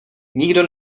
nikdo